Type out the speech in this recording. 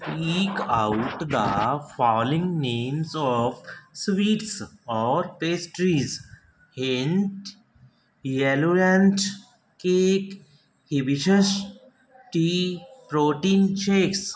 speak out the following names of sweets or pastries hint yellow ranch cake hibiscus tea protein shakes